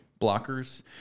blockers